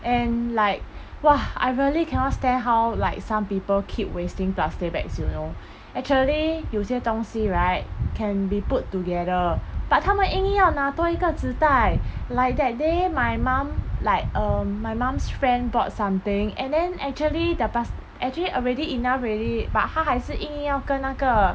and like !wah! I really cannot stand how like some people keep wasting plastic bags you know actually 有些东西 right can be put together but 他们硬硬要拿多一个纸袋 like that day my mum like um my mom's friend bought something and then actually the plas~ actually already enough already but 他还是硬硬跟那个